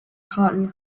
cotton